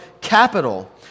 capital